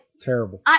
terrible